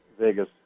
Vegas